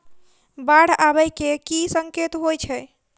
बाढ़ आबै केँ की संकेत होइ छै?